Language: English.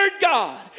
God